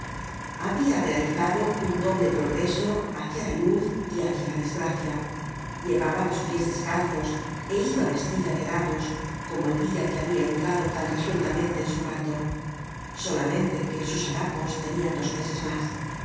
habia realizado un doble progreso hácia la luz y hácia la desgracia llevaba los pies descalzos é iba vestida de harapos como el dia que habia entrado tan resueltamente en su cuarto solamente que sus harapos tenian dos meses mas